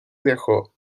dejó